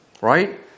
Right